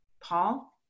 Paul